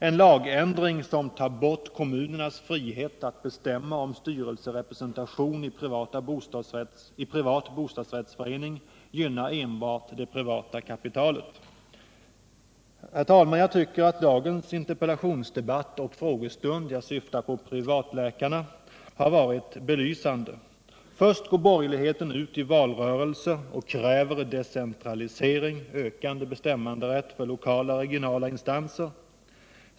En lagändring som tar bort kommunens frihet att bestämma om styrelserepresentation i privat bostadsrättsförening gynnar enbart det privata kapitalet. Herr talman! Jag tycker att dagens interpellationsoch frågestund — jag syftar på debatten om privatläkarna — har varit belysande. Först går borgerligheten ut i valrörelsen och kräver decentralisering och ökad bestämmanderätt för lokala och regionala instanser.